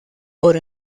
por